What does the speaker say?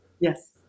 Yes